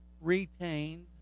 retained